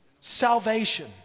Salvation